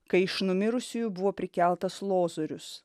kai iš numirusiųjų buvo prikeltas lozorius